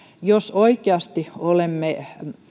jos oikeasti olemme